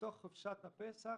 בתוך חופשת הפסח.